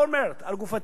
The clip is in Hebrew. אולמרט: על גופתי,